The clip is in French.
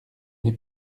n’ai